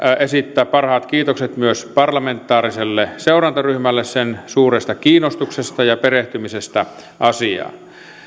esittää parhaat kiitokset myös parlamentaariselle seurantaryhmälle sen suuresta kiinnostuksesta ja perehtymisestä asiaan